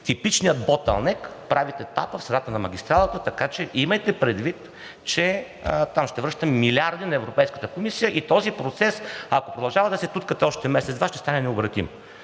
типичния ботълнек – правите тапа в средата на магистралата. Така че имайте предвид, че там ще връщаме милиарди на Европейската комисия и този процес, ако продължавате да се туткате още месец-два, ще стане необратим.